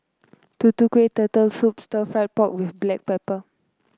Tutu Kueh Turtle Soup Stir Fried Pork with Black Pepper